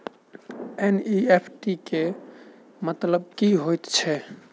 NEFT केँ मतलब की हएत छै?